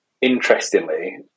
interestingly